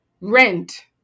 Rent